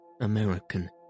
American